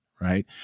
right